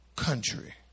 country